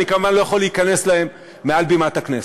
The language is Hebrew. אני כמובן לא יכול להיכנס אליהם מעל בימת הכנסת.